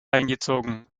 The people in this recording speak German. eingezogen